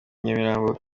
nyamirambo